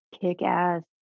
kick-ass